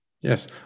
Yes